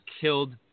killed